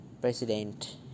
President